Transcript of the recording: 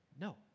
No